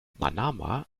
manama